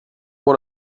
bon